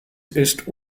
ist